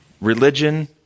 Religion